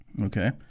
Okay